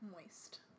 moist